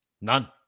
None